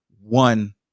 one